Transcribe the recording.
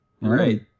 right